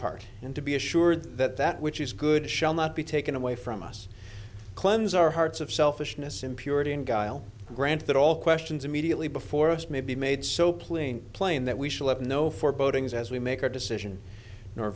part and to be assured that that which is good shall not be taken away from us cleanse our hearts of selfishness in purity and guile grant that all questions immediately before us may be made so plain plain that we shall have no forebodings as we make our decision nor